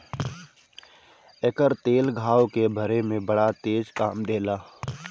एकर तेल घाव के भरे में बड़ा तेज काम देला